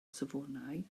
safonau